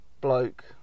bloke